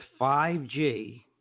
5G